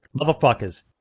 Motherfuckers